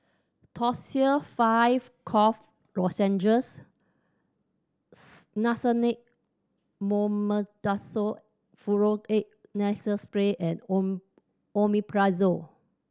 Tussils Five Cough Lozenges Nasone Mometasone Furoate Nasal Spray and O Omeprazole